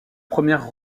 première